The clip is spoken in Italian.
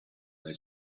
dai